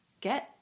get